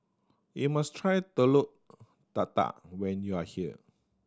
you must try Telur Dadah when you are here